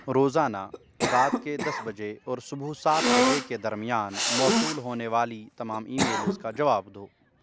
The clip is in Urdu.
روزانہ رات کے دس بجے اور صبح سات بجے کے درمیان موصول ہونے والی تمام ای میلز کا جواب دو